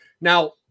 Now